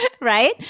Right